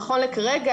נכון לרגע